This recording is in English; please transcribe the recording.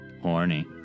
Horny